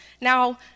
now